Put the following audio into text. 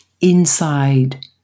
inside